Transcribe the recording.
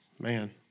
Man